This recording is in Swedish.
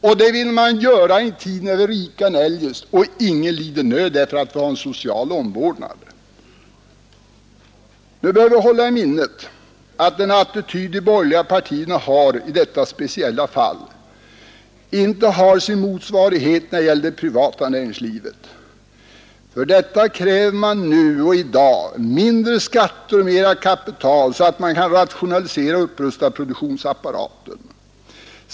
Och detta vill man göra i en tid när vi är rikare än annars och ingen lider nöd, därför att vi har en social omvårdnad. Nu bör vi hålla i minnet att den attityd de borgerliga partierna har i detta speciella fall inte har sin motsvarighet när det gäller det privata näringslivet. För detta kräver man numera och i dag mindre skatter och mera kapital så att man kan rationalisera och upprusta produktionsapparaten.